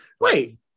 Wait